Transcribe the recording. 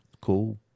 Cool